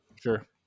Sure